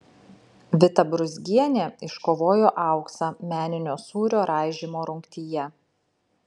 vita brūzgienė iškovojo auksą meninio sūrio raižymo rungtyje